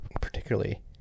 particularly